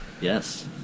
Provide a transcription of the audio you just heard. Yes